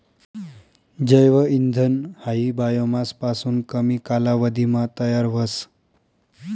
जैव इंधन हायी बायोमास पासून कमी कालावधीमा तयार व्हस